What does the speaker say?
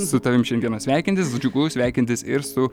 su tavimi šiandieną sveikintis džiugu sveikintis ir su